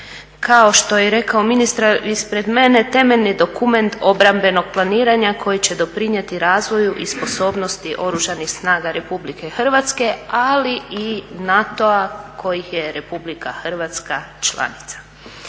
Kao što je rekao ministar ispred mene temeljni dokument obrambenog planiranja koji će doprinijeti razvoju i sposobnosti Oružanih snaga RH, ali i NATO-a kojih je RH članica.